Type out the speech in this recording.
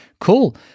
Cool